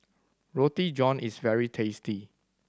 Roti John is very tasty